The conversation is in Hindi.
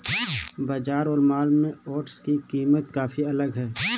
बाजार और मॉल में ओट्स की कीमत काफी अलग है